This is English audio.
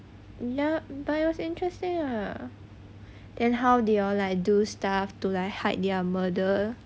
no but it's interesting ah then how they all like do staff to hide their murder